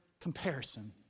comparison